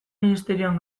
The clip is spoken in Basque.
ministerioan